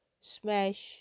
smash